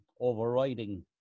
overriding